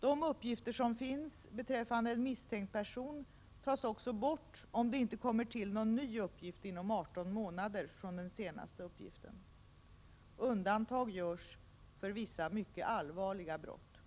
De uppgifter som finns beträffande en misstänkt person tas också bort om det inte kommer till någon ny uppgift inom 18 månader från den senaste uppgiften. Undantag görs för vissa mycket allvarliga brott.